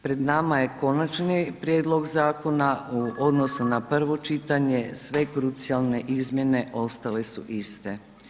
Pred nama je konačni prijedlog zakona, u odnosu na prvo čitanje sve krucijalne izmjene ostale su iste.